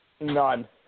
None